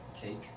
Cake